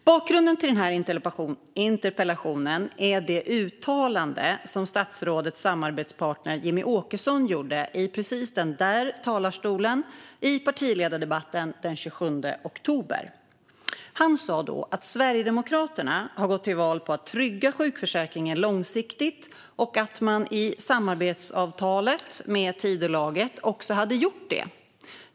Bakgrunden till den här interpellationen är det uttalande som statsrådets samarbetspartner Jimmie Åkesson gjorde i riksdagens talarstol i partiledardebatten den 26 oktober. Han sa då att Sverigedemokraterna hade gått till val på att trygga sjukförsäkringen långsiktigt och att man i samarbetsavtalet med Tidölaget också hade gjort det.